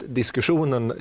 diskussionen